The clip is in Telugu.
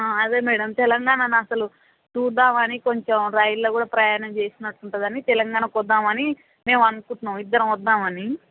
అదే మ్యాడమ్ తెలంగాణాను అసలు చూద్దాం అని కొంచెం రైళ్ళో కూడా ప్రయాణం చేసినట్టు ఉంటుంది అని తెలంగాణకు వద్దామని మేము అనుకుంటున్నాం ఇద్దరం వద్దామని